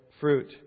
fruit